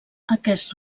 aquest